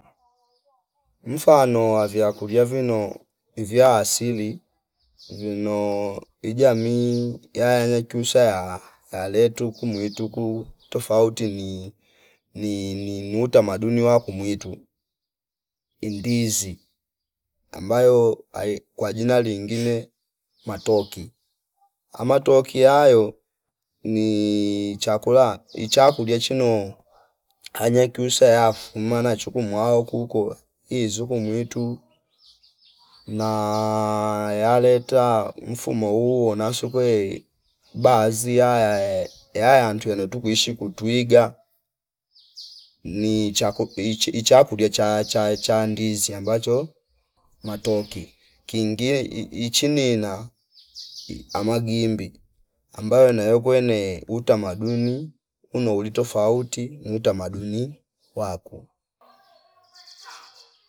Mfano wa vyakuilia vino ivya asili vino ijamii yaeneke kumsaya y a yale tuku muuituku tafouti ni- ni- nimu tamaduni waku mwitu indizi ambayo ai kwa jina lingine matoki, amatoki ayo ni chakula ichakulia chino anyakusya yafi mma nachukumwa wao kuuko izi kuu mwitu na yaleta mfumo huuo nasukwei baadhi ya- ya- yantu twele tukuishi kuu twiga ni chaku ichi- ichakulia cha- cha- cha ndizi ambacho matoki kingine ii- ichinina ama ghimbi ambayo nayo kwene utamaduni uno uli tafouti ni utamaduni wakuu